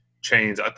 chains